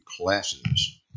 classes